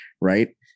right